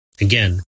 Again